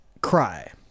cry